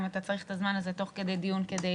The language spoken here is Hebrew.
אם אתה צריך את הזמן הזה תוך כדי דיון כדי